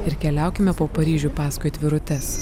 ir keliaukime po paryžių paskui atvirutes